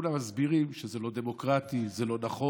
כולם מסבירים שזה לא דמוקרטי, זה לא נכון,